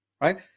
right